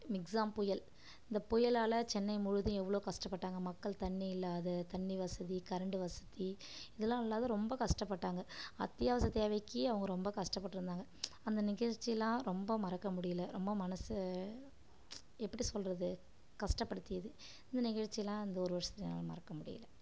மிக்ஸாம் புயல் புயலால் சென்னை முழுவதும் எவ்வளோ கஷ்டப்பட்டாங்க மக்கள் தண்ணியில்லாது தண்ணி வசதி கரண்டு வசதி இதெல்லாம் இல்லாது ரொம்ப கஷ்டப்பட்டாங்க அத்தியாவசிய தேவைக்கு அவங்க ரொம்ப கஷ்டப்பட்டுருந்தாங்க அந்த நிகழ்ச்சிலாம் ரொம்ப மறக்க முடியல ரொம்ப மனசு எப்படி சொல்கிறது கஷ்டப்படுத்தியது இந்த நிகழ்ச்சிலாம் இந்த ஒரு வருடத்துல மறக்க முடியல